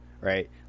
Right